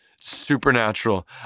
supernatural